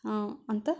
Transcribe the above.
ಅಂತ